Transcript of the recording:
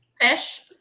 Fish